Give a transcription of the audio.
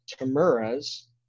Tamura's